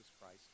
Christ